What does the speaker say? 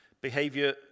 behavior